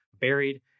buried